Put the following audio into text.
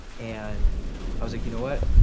and i was like, you know what,